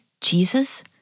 Jesus